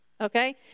Okay